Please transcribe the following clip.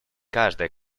каждая